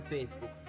Facebook